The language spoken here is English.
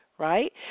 Right